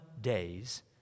days